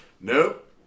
Nope